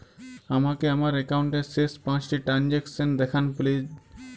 আমাকে আমার একাউন্টের শেষ পাঁচটি ট্রানজ্যাকসন দেখান প্লিজ